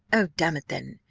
oh, damn it then,